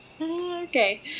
Okay